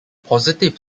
positive